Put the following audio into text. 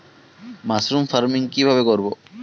Mushroom farming কি ভাবে করব?